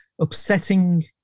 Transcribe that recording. upsetting